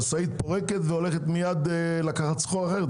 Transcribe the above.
המשאית פורקת והולכת מייד לקחת סחורה אחרת.